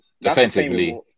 defensively